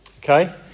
Okay